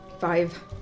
Five